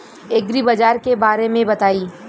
एग्रीबाजार के बारे में बताई?